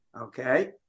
Okay